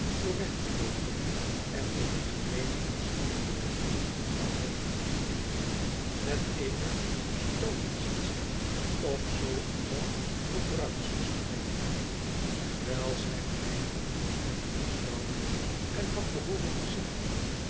door weg te loopen en op die gemeene en schandelijke manier te trouwen met eene stovenzetster of zoo iemand voor bruidszuster denk ik terwijl zij mij had behooren te vertrouwen en had behooren te zeggen